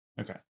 Okay